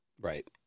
Right